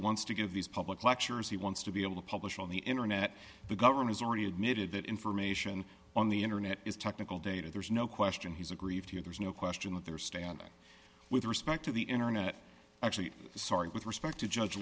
wants to give these public lectures he wants to be able to publish on the internet the government has already admitted that information on the internet is technical data there's no question he's aggrieved here there's no question of their standing with respect to the internet actually sorry with respect to judge